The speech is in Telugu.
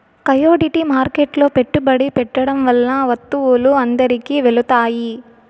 కమోడిటీ మార్కెట్లో పెట్టుబడి పెట్టడం వల్ల వత్తువులు అందరికి తెలుత్తాయి